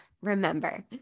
remember